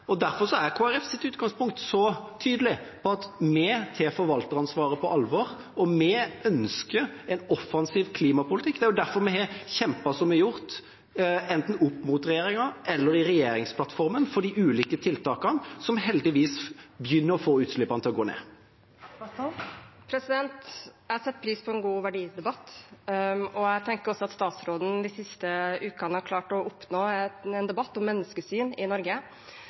Derfor er Kristelig Folkepartis utgangspunkt så tydelig på at vi tar forvalteransvaret på alvor, og at vi ønsker en offensiv klimapolitikk. Det er derfor vi har kjempet som vi har gjort, enten opp mot regjeringen eller i regjeringsplattformen, for de ulike tiltakene som heldigvis begynner å få utslippene til å gå ned. Une Bastholm – til oppfølgingsspørsmål. Jeg setter pris på en god verdidebatt, og jeg tenker også at statsråden de siste ukene har klart å oppnå en debatt om menneskesyn i Norge.